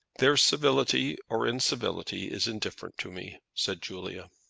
their civility or incivility is indifferent to me, said julia.